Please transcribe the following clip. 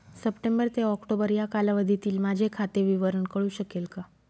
September ते October या कालावधीतील माझे खाते विवरण कळू शकेल का?